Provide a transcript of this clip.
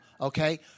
Okay